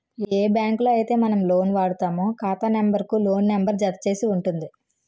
ఏ బ్యాంకులో అయితే మనం లోన్ వాడుతామో ఖాతా నెంబర్ కు లోన్ నెంబర్ జత చేసి ఉంటుంది